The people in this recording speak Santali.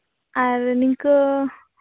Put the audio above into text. ᱟᱨ ᱱᱤᱝᱠᱟᱹ